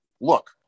look